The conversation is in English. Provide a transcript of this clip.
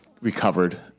recovered